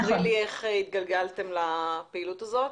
ספרי לי איך התגלגלתם לפעילות הזאת.